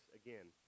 again